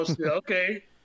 okay